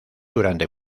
durante